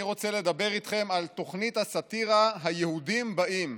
אני רוצה לדבר איתכם על תוכנית הסאטירה "היהודים באים".